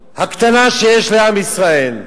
הקטנה, שיש לעם ישראל,